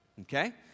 Okay